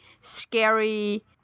scary